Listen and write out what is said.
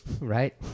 right